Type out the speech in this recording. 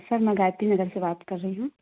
sir मैं गायत्री नगर से बात कर रही हूँ